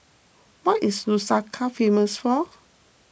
what is Lusaka famous for